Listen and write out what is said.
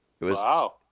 Wow